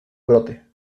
brote